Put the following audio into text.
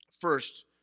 First